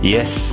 Yes